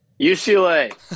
UCLA